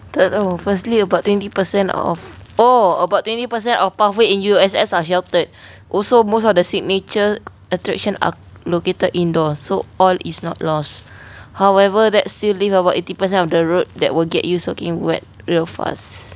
tak tahu firstly about twenty percent of oh about twenty percent of pathway in U_S_S are sheltered also most of the signature attraction are located indoors so all is not lost however that still leave about eighty percent of the road that will get you soaking wet real fast